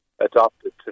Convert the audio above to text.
adopted